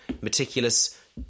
meticulous